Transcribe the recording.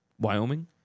Wyoming